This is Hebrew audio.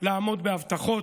לעמוד בהבטחות,